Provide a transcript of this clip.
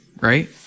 right